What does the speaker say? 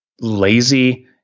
lazy